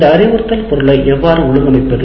இந்த அறிவுறுத்தல் பொருளை எவ்வாறு ஒழுங்கமைப்பது